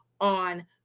on